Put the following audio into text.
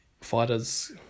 fighters